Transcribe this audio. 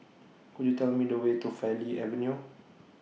Could YOU Tell Me The Way to Farleigh Avenue